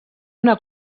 una